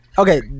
Okay